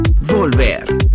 volver